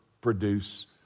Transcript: produce